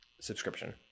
subscription